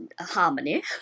harmony